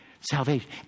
salvation